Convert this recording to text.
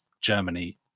Germany